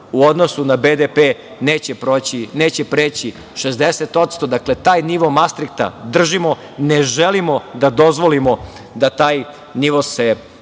u odnosu na BDP neće preći 60%. Dakle, taj nivo mastrikta držimo, ne želimo da dozvolimo da taj nivo se